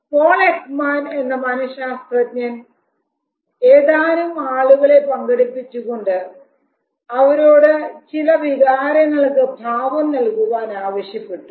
Paul Ekman എന്ന മനശാസ്ത്രജ്ഞൻ ഏതാനും ആളുകളെ പങ്കെടുപ്പിച്ചുകൊണ്ട് അവരോട് ചില വികാരങ്ങൾക്ക് ഭാവം നൽകുവാൻ ആവശ്യപ്പെട്ടു